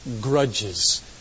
grudges